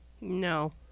No